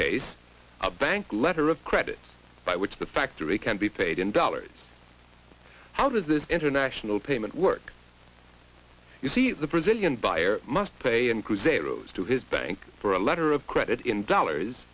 case a bank letter of credit by which the factory can be paid in dollars how does the international payment work you see the brazilian buyer must pay includes a rose to his bank for a letter of credit in dollars